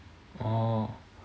oh